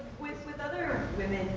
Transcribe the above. with with other